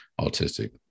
autistic